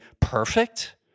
perfect